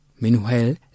Meanwhile